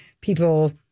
people